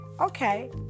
okay